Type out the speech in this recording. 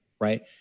right